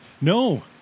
no